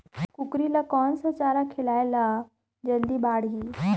कूकरी ल कोन सा चारा खिलाय ल जल्दी बाड़ही?